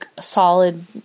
solid